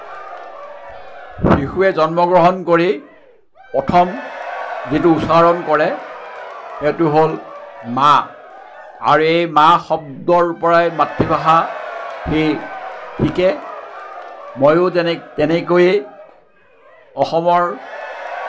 শিশুৱে জন্মগ্ৰহণ কৰি প্ৰথম যিটো উচ্চাৰণ কৰে সেইটো হ'ল মা আৰু এই মা শব্দৰ পৰাই মাতৃভাষা সি শিকে মইও যেনে তেনেকৈয়ে অসমৰ